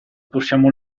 possiamo